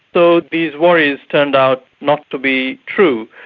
so these worries turned out not to be true,